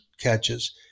catches